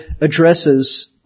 addresses